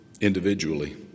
individually